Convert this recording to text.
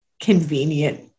convenient